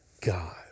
God